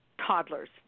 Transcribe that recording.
toddlers